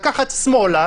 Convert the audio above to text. לקחת שמאלה,